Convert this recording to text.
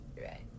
Right